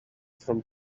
from